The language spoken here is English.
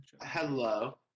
Hello